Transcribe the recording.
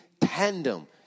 tandem